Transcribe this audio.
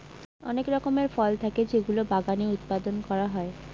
অনেক রকমের ফল থাকে যেগুলো বাগানে উৎপাদন করা হয়